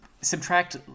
subtract